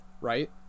right